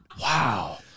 wow